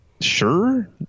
sure